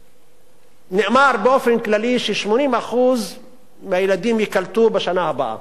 נאמר באופן כללי ש-80% מהילדים ייקלטו בשנה הבאה.